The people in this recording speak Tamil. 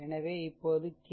எனவே இப்போது கே